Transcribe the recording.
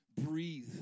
Breathe